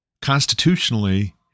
constitutionally